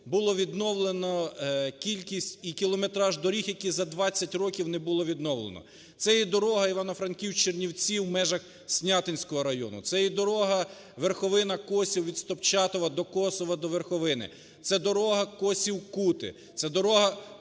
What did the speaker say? було відновлено кількість і кілометраж доріг, які за 20 років не було відновлено. Це є дорога Івано-Франківськ – Чернівці в межах Снятинського району, це є дорога Верховина – Косів від Стопчатова до Косова, до Верховини. Це дорога Косів – Кути,